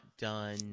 done